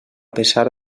pesar